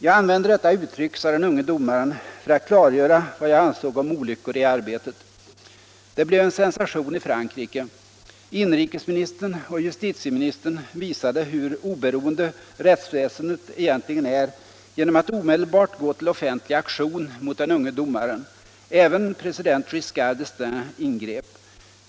”Jag använde detta uttryck”, sade den unge domaren, ”för att klargöra vad jag ansåg om olyckor i arbetet.” Det blev en sensation i Frankrike. Inrikesministern och justitieministern visade hur oberoende rättsväsendet egentligen är genom att omedelbart gå till offentlig aktion mot den unge domaren. Även president Giscard d”Estaing ingrep.